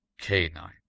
Canine